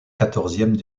quatorzième